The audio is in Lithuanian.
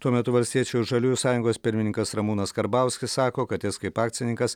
tuo metu valstiečių ir žaliųjų sąjungos pirmininkas ramūnas karbauskis sako kad jis kaip akcininkas